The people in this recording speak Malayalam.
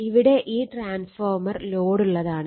ഇവിടെ ഈ ട്രാൻസ്ഫോർമർ ലോഡുള്ളതാണ്